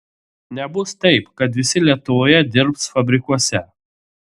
nebus taip kad visi lietuvoje dirbs fabrikuose